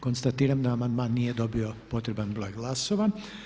Konstatiram da amandman nije dobio potreban broj glasova.